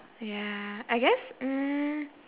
ya I guess mm